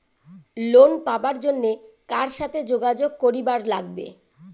Loan পাবার জন্যে কার সাথে যোগাযোগ করিবার লাগবে?